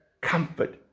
comfort